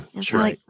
sure